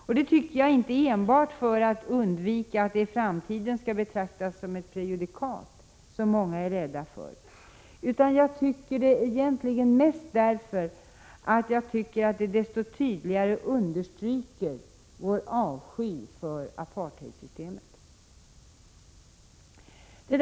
Detta tycker jag inte enbart för att undvika att bojkotten i framtiden skall betraktas som ett prejudikat, vilket många är rädda för, utan jag tycker det mest därför att undantaget desto tydligare understryker vår avsky för apartheidsystemet.